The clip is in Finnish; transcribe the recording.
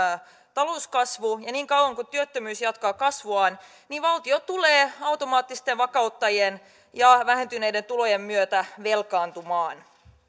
talouskasvu ja niin kauan kuin työttömyys jatkaa kasvuaan valtio tulee automaattisten vakauttajien ja vähentyneiden tulojen myötä velkaantumaan